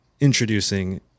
introducing